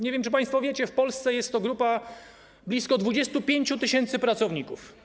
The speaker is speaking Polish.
Nie wiem, czy państwo wiecie, że w Polsce jest to grupa blisko 25 tys. pracowników.